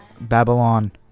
Babylon